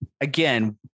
again